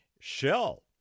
Shell